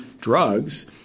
drugs